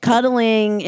Cuddling